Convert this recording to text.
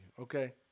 okay